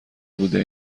بوده